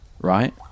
right